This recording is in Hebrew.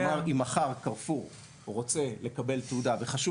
כלומר אם מחר 'קרפור' רוצה לקבל תעודה וחשוב